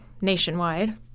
nationwide